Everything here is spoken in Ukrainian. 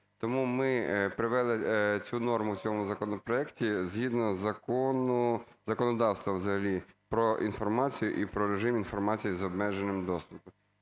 Тому ми привели цю норму в цьому законопроекті згідно закону… законодавства взагалі про інформацію і про режим інформації з обмеженим доступом.